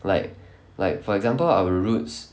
like like for example our routes